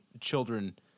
children